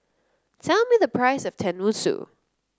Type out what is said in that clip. tell me the price of tenmusu